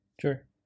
Sure